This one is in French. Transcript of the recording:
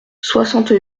soixante